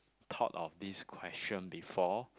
thought of this question before